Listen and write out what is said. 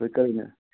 تُہۍ کَر مےٚ